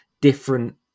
different